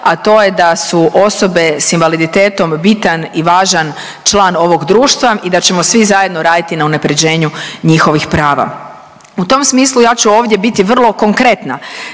a to je da su osobe s invaliditetom bitan i važan član ovog društva i da ćemo svi zajedno raditi na unapređenju njihovih prava. U tom smislu ja ću ovdje biti vrlo konkretna.